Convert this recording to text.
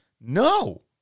no